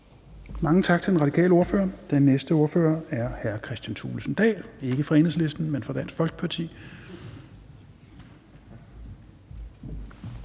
Mange tak til den radikale ordfører. Den næste ordfører er hr. Kristian Thulesen Dahl, ikke fra Enhedslisten, men fra Dansk Folkeparti.